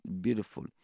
beautiful